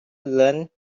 learned